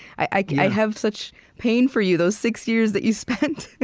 i have such pain for you, those six years that you spent,